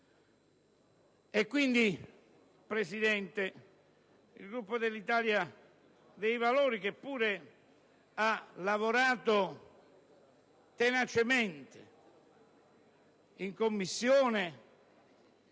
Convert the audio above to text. Quindi, Presidente, il Gruppo dell'Italia dei Valori, che pure ha lavorato tenacemente in Commissione,